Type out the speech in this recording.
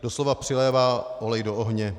Doslova přilévá olej do ohně.